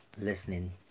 listening